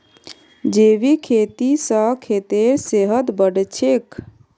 जैविक खेती स खेतेर सेहत बढ़छेक